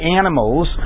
animals